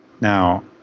Now